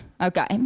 okay